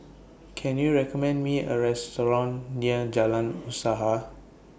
Can YOU recommend Me A Restaurant near Jalan Usaha